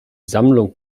sammlung